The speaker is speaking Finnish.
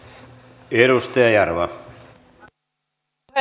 arvoisa puhemies